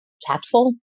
tactful